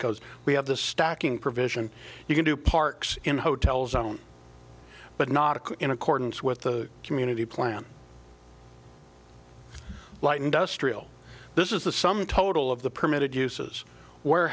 because we have the stacking provision you can do parks in hotels on but not in accordance with the community plan light industrial this is the sum total of the permitted uses w